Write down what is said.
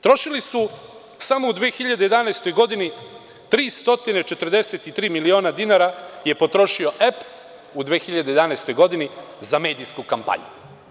Trošili su samo u 2011. godini 343 miliona dinara je potrošio EPS u 2011. godini za medijsku kampanju.